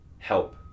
Help